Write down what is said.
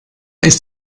ist